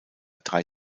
drei